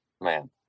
man